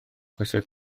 oesoedd